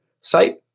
site